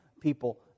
people